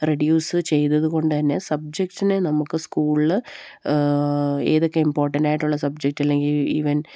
reduce ചെയ്തതുകൊണ്ട് തന്നെ സബ്ജെക്സിനെ നമുക്ക് സ്കൂളില് ഏതൊക്കെയാണ് ഇമ്പോർട്ടൻറ്റ് ആയിട്ടുള്ള സബ്ജെക്ട് അല്ലെങ്കില് ഈവൻ